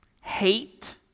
Hate